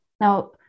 Now